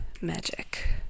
magic